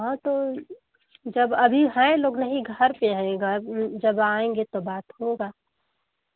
हँ तो जब अभी है लोग नही घर पर हैं घर जब आएंगे तो बात होगा